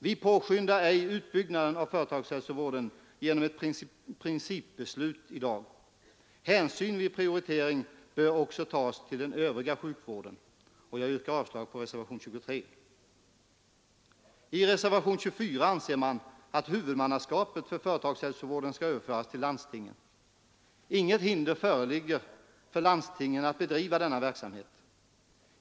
Vi påskyndar ej utbyggnaden av företagshälsovården genom ett principbeslut i dag. Vid prioritering bör hänsyn också tas till den övriga sjukvården. Jag yrkar avslag på reservationen 23. I reservationen 24 anser man att huvudmannaskapet för företagshälsovården skall överföras till landstingen. Inget hinder föreligger för landstingen att bedriva denna verksamhet.